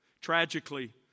Tragically